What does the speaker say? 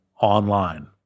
online